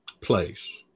place